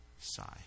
sigh